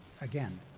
again